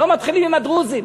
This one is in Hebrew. לא מתחילים עם הדרוזים.